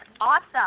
awesome